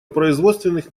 производственных